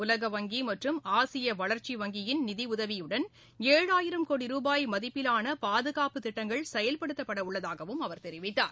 உலக வங்கி மற்றும் ஆசிய வளர்ச்சி வங்கியின் நிதி உதவியுடன் ஏழாயிரம் கோடி ரூபாய் மதிப்பிலான பாதுகாப்புத் திட்டங்கள் செயல்படுத்தப்பட உள்ளதாகவும் அவர் தெரிவித்தார்